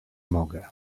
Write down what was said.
mogę